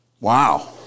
Wow